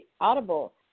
Audible